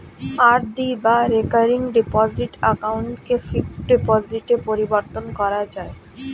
RD বা recurring deposit অ্যাকাউন্টকে fixed ডিপোজিটে পরিবর্তন করা যায়